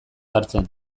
hartzen